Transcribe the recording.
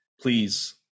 Please